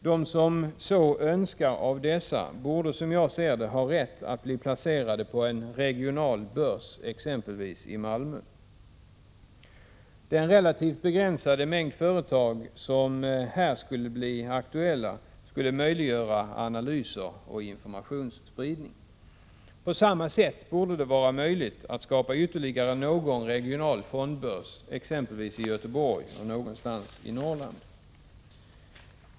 Bland dem borde, som jag ser det, de som så önskar ha rätt att bli placerade på en regional börs, exempelvis i Malmö. Den relativt begränsade mängd företag som här skulle bli aktuell skulle möjliggöra analyser och informationsspridning. På samma sätt borde det vara möjligt att skapa ytterligare någon regional fondbörs, exempelvis i Göteborg och någonstans i Norrland.